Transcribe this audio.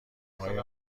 های